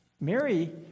Mary